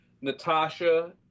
Natasha